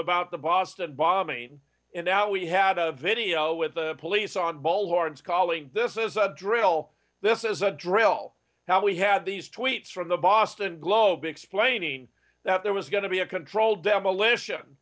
about the boston bombing and now we had a video with the police on bold lawrence calling this is a drill this is a drill now we had these tweets from the boston globe explaining that there was going to be a controlled demolition